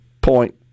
point